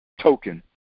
token